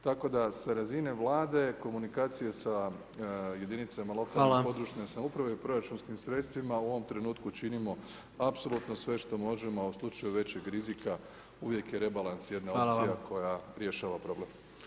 Tako da sa razine Vlade, komunikacije sa jedinicama lokalne i područne [[Upadica predsjednik: Hvala.]] samouprave i u proračunskim sredstvima u ovom trenutku činimo apsolutno sve što možemo, a u slučaju većeg rizika uvijek je rebalans jedna opcija koja rješava problem.